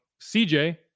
CJ